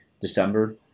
December